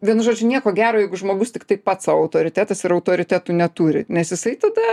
vienu žodžiu nieko gero jeigu žmogus tiktai pats sau autoritetas ir autoritetų neturi nes jisai tada